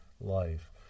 life